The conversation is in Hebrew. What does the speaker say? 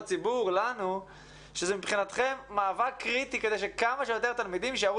לציבור ולנו שמבחינתכם זה מאבק קריטי כדי שכמה שיותר תלמידים יישארו